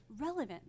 relevant